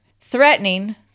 threatening